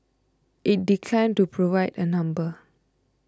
it declined to provide a number